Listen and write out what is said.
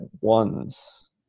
ones